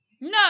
No